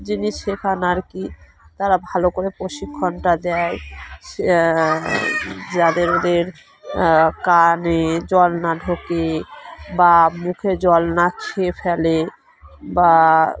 জিনিস শেখান আর কি তারা ভালো করে প্রশিক্ষণটা দেয় যাতে ওদের কানে জল না ঢোকে বা মুখে জল না খেয়ে ফেলে বা